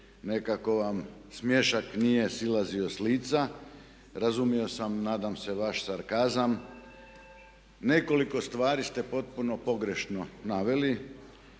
Nekako vam smiješak nije silazio s lica. Razumio sam nadam se vaš sarkazam. Nekoliko stvari ste potpuno pogrešno naveli.